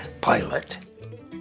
pilot